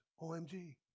OMG